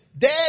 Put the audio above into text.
dead